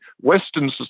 Western